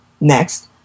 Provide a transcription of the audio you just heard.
Next